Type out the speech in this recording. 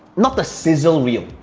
not the sizzle reel,